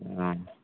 हँ